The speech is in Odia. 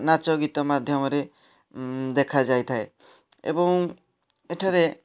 ନାଚ ଗୀତ ମାଧ୍ୟମରେ ଦେଖାଯାଇଥାଏ ଏବଂ ଏଠାରେ